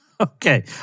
Okay